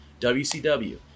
WCW